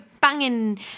banging